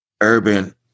urban